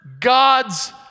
God's